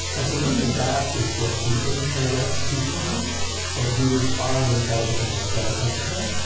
and so really, dask is just the internal execution engine that you would find inside of something like spark or tensorflow,